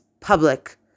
public